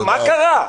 מה קרה?